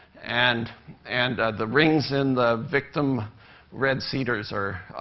and and the rings in the victim red cedars are